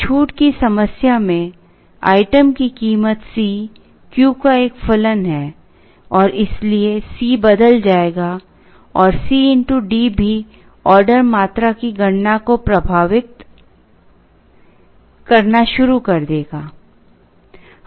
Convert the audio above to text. छूट की समस्या में आइटम की कीमत C Q का एक फलन है और इसलिए C बदल जाएगा और C x D भी ऑर्डर मात्रा की गणना को प्रभावित करना शुरू कर देगा